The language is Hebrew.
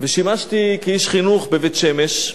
ושימשתי כאיש חינוך בבית-שמש,